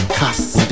cast